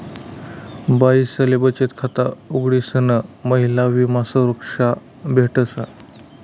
बाईसले बचत खाता उघडीसन महिला विमा संरक्षा भेटस